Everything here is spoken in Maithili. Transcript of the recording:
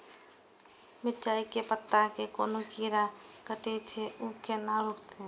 मिरचाय के पत्ता के कोन कीरा कटे छे ऊ केना रुकते?